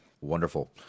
Wonderful